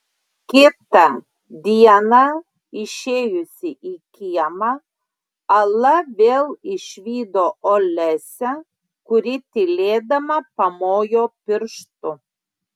kitą dieną išėjusi į kiemą ala vėl išvydo olesią kuri tylėdama pamojo pirštu